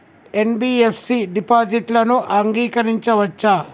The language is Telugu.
ఎన్.బి.ఎఫ్.సి డిపాజిట్లను అంగీకరించవచ్చా?